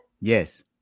Yes